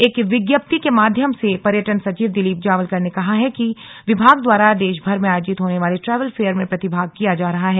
एक विज्ञप्ति के माध्यम से पर्यटन सचिव दिलीप जावलकर ने कहा है कि विभाग द्वारा देश भर में आयोजित होने वाले ट्रैवल फेयर में प्रतिभाग किया जा रहा है